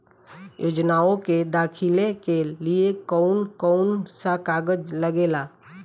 योजनाओ के दाखिले के लिए कौउन कौउन सा कागज लगेला?